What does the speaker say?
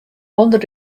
under